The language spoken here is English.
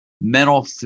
mental